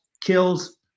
Kills